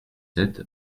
sept